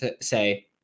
say